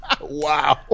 Wow